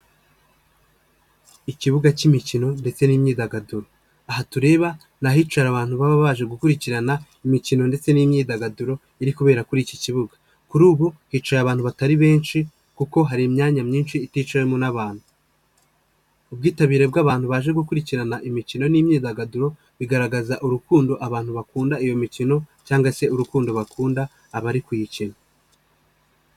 Ikibuga cy'imikino ndetse n'imyidagaduro aha tureba ni ahicara abantu baba baje gukurikirana imikino ndetse n'imyidagaduro iri kubera kuri iki kibuga, kuri ubu hicaye abantu batari benshi kuko hari imyanya myinshi iticawemo n'abantu, ubwitabire bw'abantu baje gukurikirana imikino n'imyidagaduro bigaragaza urukundo abantu bakunda iyo mikino cyangwa se urukundo bakunda abari kuyikina.